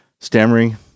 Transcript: stammering